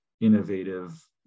innovative